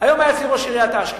היום היה אצלי ראש עיריית אשקלון.